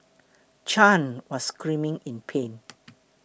Chan was screaming in pain